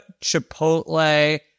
Chipotle